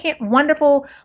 wonderful